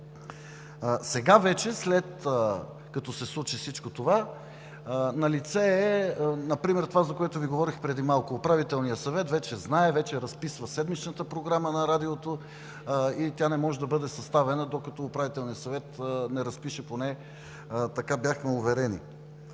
Сега вече, след като се случи всичко това, налице е например това, за което Ви говорих преди малко – Управителният съвет вече знае, вече разписва седмичната програма на Радиото и тя не може да бъде съставена, докато Управителният съвет не разпише, поне така бяхме уверени.